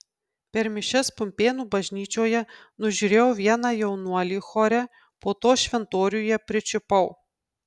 per mišias pumpėnų bažnyčioje nužiūrėjau vieną jaunuolį chore po to šventoriuje pričiupau